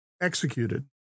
Executed